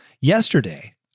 Yesterday